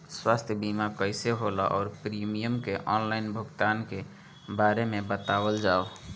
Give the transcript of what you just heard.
स्वास्थ्य बीमा कइसे होला और प्रीमियम के आनलाइन भुगतान के बारे में बतावल जाव?